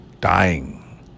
dying